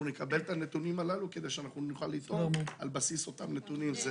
שנקבל את הנתונים הללו כדי שנוכל לפעול על בסיס אותם נתונים.